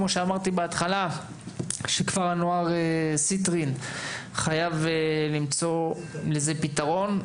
כמו שאמרתי בהתחלה שכפר הנוער סיטרין חייב למצוא לזה פתרון.